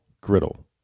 griddle